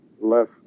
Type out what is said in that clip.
less